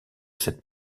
cette